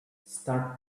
start